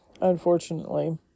unfortunately